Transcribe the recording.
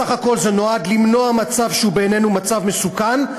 בסך הכול זה נועד למנוע מצב שבעינינו הוא מצב מסוכן.